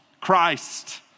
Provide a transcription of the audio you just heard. Christ